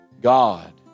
God